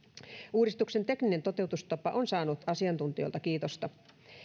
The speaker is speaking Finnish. uudistuksen tekninen toteutustapa on saanut asiantuntijoilta kiitosta